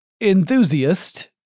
enthusiast